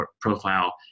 profile